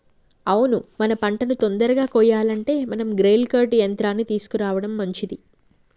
అవును మన పంటను తొందరగా కొయ్యాలంటే మనం గ్రెయిల్ కర్ట్ యంత్రాన్ని తీసుకురావడం మంచిది